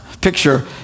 picture